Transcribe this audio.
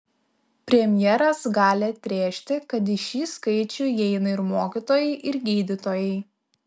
premjeras gali atrėžti kad į šį skaičių įeina ir mokytojai ir gydytojai